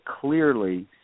clearly